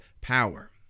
power